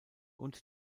und